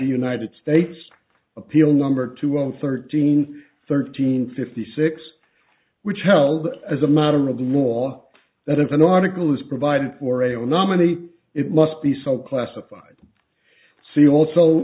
united states appeal number two hundred thirteen thirteen fifty six which held as a matter of the more that if an article is provided for a or nominee it must be so classified see also